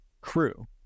crew